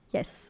Yes